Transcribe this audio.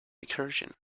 recursion